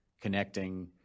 connecting